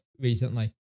recently